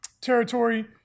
territory